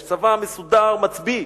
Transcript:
יש צבא מסודר, מצביא.